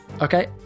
Okay